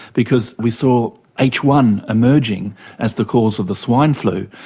because we saw h one emerging as the cause of the swine flu,